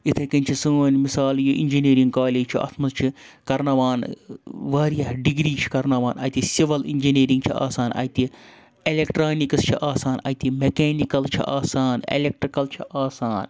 اِتھَے کٔنۍ چھِ سٲنۍ مِثال یہِ اِنجینرِنٛگ کالیج چھُ اَتھ مَنٛز چھِ کَرناوان واریاہ ڈِگری چھِ کَرناوان اَتہِ سِوَل اِنجینرِنٛگ چھِ آسان اَتہِ ایلٮ۪کٹرٛانِکٕس چھِ آسان اَتہِ میٚکینِکَل چھِ آسان ایٚلیٮکٹِرٛکَل چھِ آسان